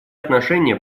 отношения